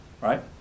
Right